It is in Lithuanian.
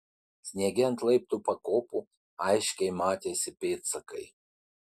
sniege ant laiptų pakopų aiškiai matėsi pėdsakai